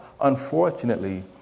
Unfortunately